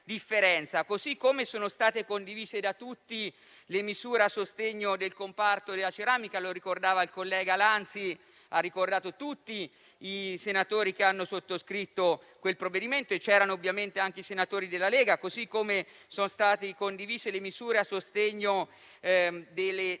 modo sono state condivise da tutti le misure a sostegno del comparto della ceramica (il collega Lanzi ha ricordato tutti i senatori che hanno sottoscritto quel provvedimento, tra i quali c'erano ovviamente anche i senatori della Lega); così come sono state condivise le misure a sostegno delle città